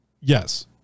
yes